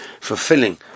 fulfilling